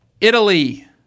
Italy